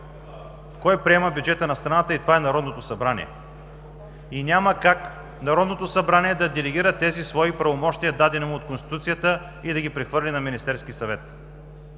кой приема бюджета на страната и това е Народното събрание. Няма как Народното събрание да делегира тези свои правомощия, дадени му от Конституцията, и да ги прехвърли на Министерския съвет.